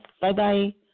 Bye-bye